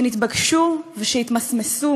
שנתבקשו ושהתמסמסו,